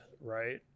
right